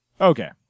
Okay